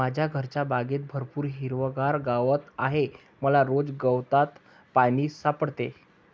माझ्या घरच्या बागेत भरपूर हिरवागार गवत आहे मला रोज गवतात पाणी सापडते